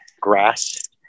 grass